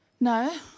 No